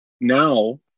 now